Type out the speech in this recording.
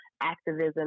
activism